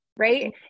Right